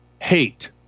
hate